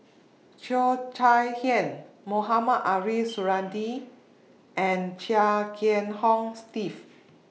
Cheo Chai Hiang Mohamed Ariff Suradi and Chia Kiah Hong Steve